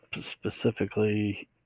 specifically